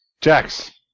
Jax